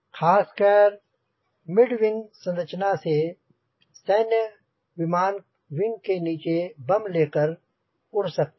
खासकर mid wing संरचना से सैन्य विमान विंग के नीचे बम लेकर उड़ सकते हैं